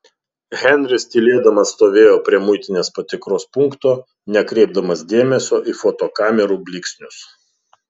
henris tylėdamas stovėjo prie muitinės patikros punkto nekreipdamas dėmesio į fotokamerų blyksnius